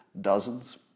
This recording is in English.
Dozens